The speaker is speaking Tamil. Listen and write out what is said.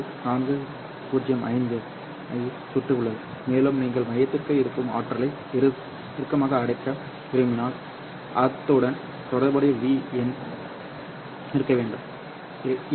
405 ஐச் சுற்றி உள்ளது மேலும் நீங்கள் மையத்திற்குள் இருக்கும் ஆற்றலை இறுக்கமாக அடைக்க விரும்பினால் அதனுடன் தொடர்புடைய V எண் இருக்க வேண்டும் 2